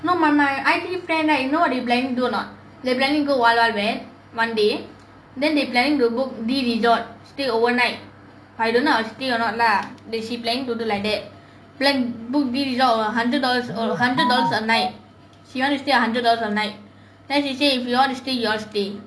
no my my I_T friend right you know what they planning to do or not they planning to go wild wild wet monday then they planning to book D resort stay overnight I don't know I will stay or not lah she planning to do like that lah book D resort a hundred dollars or hundred dollars a night she want to stay a hundred a night then she say if you all want to stay you all stay